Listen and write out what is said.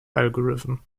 algorithm